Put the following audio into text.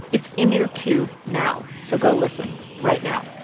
it's in your queue now. so go listen right now.